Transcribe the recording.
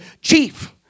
chief